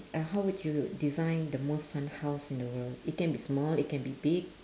uh how would you design the most fun house in the world it can be small it can be big